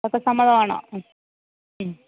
അപ്പോൾ സമ്മതം ആണോ മ്മ്